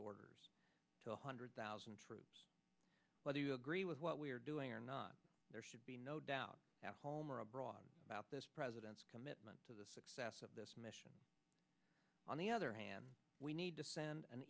orders to one hundred thousand troops whether you agree with what we are doing or not there should be no doubt at home or abroad about this president's commitment to the success of this mission on the other hand we need to send an